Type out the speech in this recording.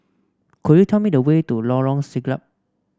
could you tell me the way to Lorong Siglap